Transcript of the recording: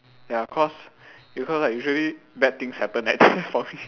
ya cause because like usually bad things happen at there for me